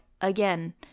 again